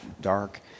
dark